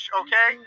okay